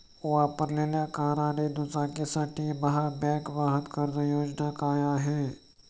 वापरलेल्या कार आणि दुचाकीसाठी महाबँक वाहन कर्ज योजना काय आहे?